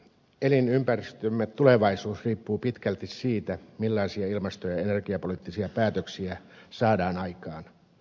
elinympäristömme tulevaisuus riippuu pitkälti siitä millaisia energia ja ilmastopoliittisia päätöksiä saadaan aikaan